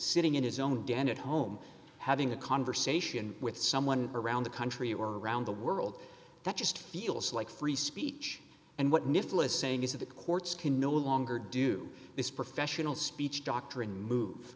sitting in his own gannett home having a conversation with someone around the country or around the world that just feels like free speech and what nicholas saying is that the courts can no longer do this professional speech doctrine move